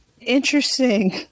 Interesting